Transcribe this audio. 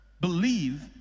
believe